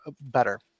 better